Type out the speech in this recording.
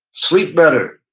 sleep better.